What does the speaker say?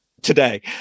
today